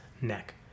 neck